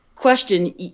Question